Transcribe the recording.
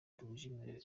duhuje